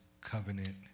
covenant